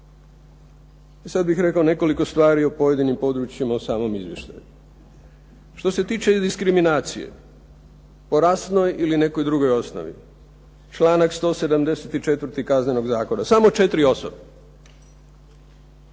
I sad bih rekao nekoliko stvari o pojedinim područjima u samom izvještaju. Što se tiče diskriminacije, po rasnoj ili nekoj drugoj osnovi, članak 174. kaznenog zakona, samo 4 osobe.